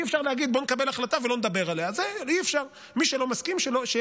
אי-אפשר להגיד: בואו נקבל החלטה ולא נדבר עליה,